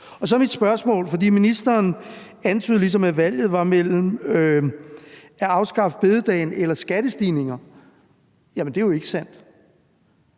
Og så til mit spørgsmål. Ministeren antyder ligesom, at valget var mellem at afskaffe store bededag og skattestigninger. Jamen det er jo ikke sandt.